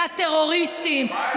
לטרוריסטים,